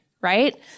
right